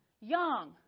young